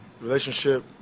relationship